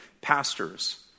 pastors